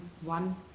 one